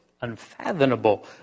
unfathomable